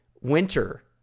winter